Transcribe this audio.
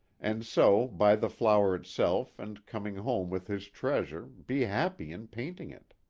and so buy the flower itself and coming home with his treasure be happy in painting it.